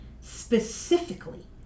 specifically